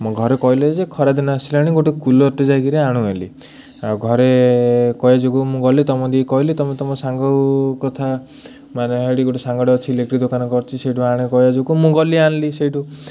ମୋ ଘରେ କହିଲେ ଯେ ଖରାଦିନ ଆସିଲାଣି ଗୋଟେ କୁଲର୍ଟେ ଯାଇକିରି ଆଣ ବୋଲି ଆଉ ଘରେ କହିବା ଯୋଗୁଁ ମୁଁ ଗଲି ତମକୁ କହିଲି ତମେ ତମ ସାଙ୍ଗ କଥା ମାନେ ହେଇଠି ଗୋଟେ ସାଙ୍ଗଡ଼େ ଅଛି ଇଲେକ୍ଟ୍ରି ଦୋକାନ କରିଛି ସେଇଠୁ ଆଣେ କହିବା ଯୋଗୁଁ ମୁଁ ଗଲି ଆଣିଲି ସେଇଠୁ